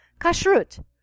Kashrut